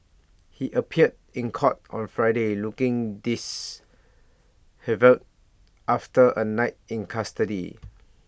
he appeared in court on Friday looking dis after A night in custody